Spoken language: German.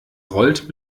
rollt